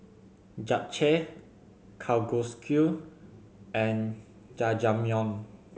Japchae Kalguksu and Jajangmyeon